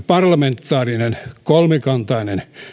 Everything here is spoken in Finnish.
parlamentaarinen kolmikantainen